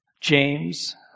James